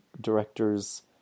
director's